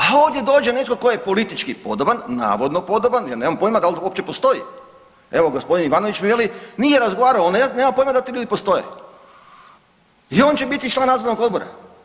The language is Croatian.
A ovdje dođe netko tko je politički podoban, navodno podoban ja nemam pojma dal uopće postoji, evo g. Ivanović mi veli nije razgovarao nema pojma da ti ljudi postoje i on će biti član nadzornog odbora.